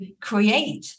create